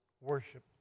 worship